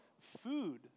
Food